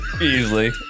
Easily